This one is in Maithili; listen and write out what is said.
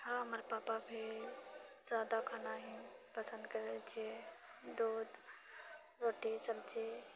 हाँ हमर पापा भी सादा खाना ही पसन्द करै छियै दूध रोटी सब्जी